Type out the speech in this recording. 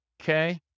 Okay